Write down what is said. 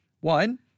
One